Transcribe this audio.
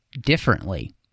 differently